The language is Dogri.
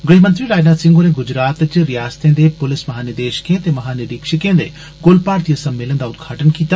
गृहमंत्री राजनाथ सिंह होरें गुजरात च रियासतें दे पुलिस महानिदेषकें ते महानिरीक्षकें दे कुल भारतीय सम्मेलन दा उदघाटन कीता